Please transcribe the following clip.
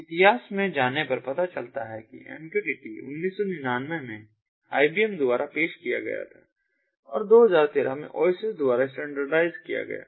इतिहास में जाने पर पता चलता है कि MQTT 1999 में IBM द्वारा पेश किया गया था और 2013 में ओएसिस द्वारा स्टैंडर्डाइज़्ड किया गया था